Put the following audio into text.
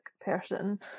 person